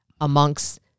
amongst